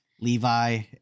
Levi